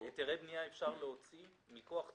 היתרי בנייה אפשר להוציא מכוח תוכנית,